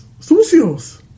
sucios